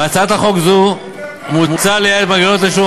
בהצעת חוק זו מוצע לייעל את מנגנון תשלום